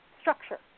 structure